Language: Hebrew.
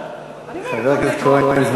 חבר הכנסת כהן, זמנך עבר.